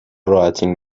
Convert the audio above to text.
راحتین